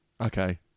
Okay